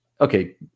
Okay